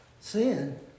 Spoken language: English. sin